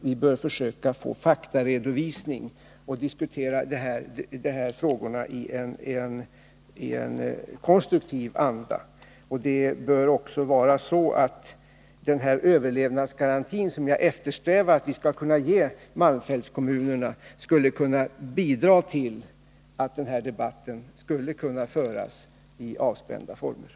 Vi bör försöka få faktaredovisning och diskutera frågorna i en konstruktiv anda. Det bör också vara så att den här överlevnadsgarantin, som jag eftersträvar att vi skall kunna ge malmfältskommunerna, bidrar till att debatten kan föras i avspända former.